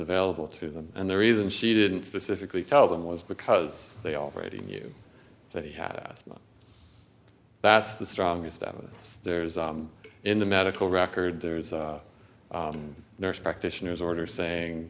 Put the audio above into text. available to them and the reason she didn't specifically tell them was because they already knew that he had that that's the strongest that there is in the medical record there is a nurse practitioners order saying